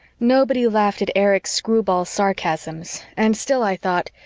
nobody laughed at erich's screwball sarcasms and still i thought,